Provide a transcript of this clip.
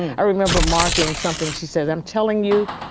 i remember marking something, she says, i'm telling you,